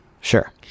Sure